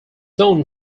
known